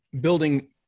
building